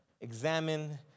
examine